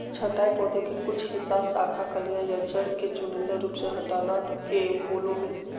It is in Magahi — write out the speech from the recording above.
छंटाई पौधा के कुछ हिस्सा, शाखा, कलियां या जड़ के चुनिंदा रूप से हटाना के बोलो हइ